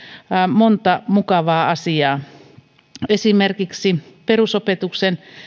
monta mukavaa asiaa esimerkiksi perusopetuksen